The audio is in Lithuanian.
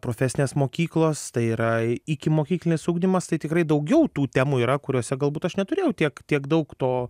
profesinės mokyklos tai yra ikimokyklinis ugdymas tai tikrai daugiau tų temų yra kuriose galbūt aš neturėjau tiek tiek daug to